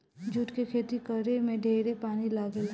जुट के खेती करे में ढेरे पानी लागेला